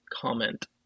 comment